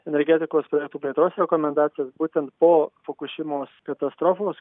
energetikos projektų plėtros rekomendacijas būtent po fukušimos katastrofos